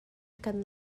kan